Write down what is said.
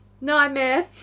Nightmare